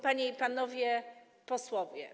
Panie i Panowie Posłowie!